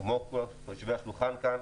כמו כל יושבי השולחן כאן,